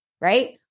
right